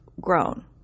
grown